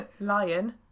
Lion